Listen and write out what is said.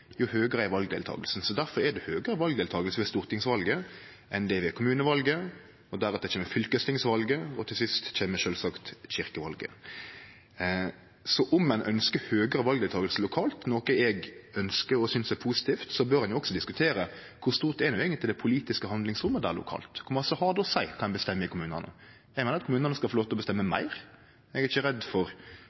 jo høgare er valdeltakinga, og difor er det høgare valdeltaking ved stortingsval enn det er ved kommuneval, og deretter kjem fylkestingsval, og til sist kjem sjølvsagt kyrkjevalet. Så om ein ønskjer høgare valdeltaking lokalt, noko eg ønskjer og synest er positivt, bør ein også diskutere kor stort det politiske handlingsrommet eigentleg er lokalt. Kor mykje har det å seie kva ein bestemmer i kommunane? Eg meiner at kommunane skal få lov til å bestemme meir. Eg er ikkje redd for ulike avgjerder lokalt. Eg er ikkje redd for